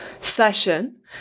session